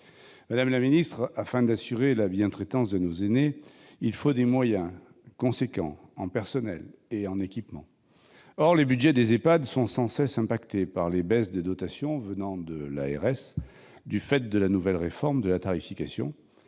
Madame la ministre, afin d'assurer la bientraitance de nos aînés, il faut des moyens importants en personnel et en équipement. Or les budgets des EHPAD sont sans cesse affectés par les baisses des dotations octroyées par l'Agence régionale de santé, l'ARS, du fait de la nouvelle réforme de la tarification,